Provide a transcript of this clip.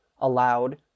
allowed